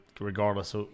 regardless